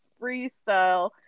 freestyle